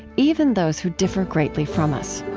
even those who differ greatly from us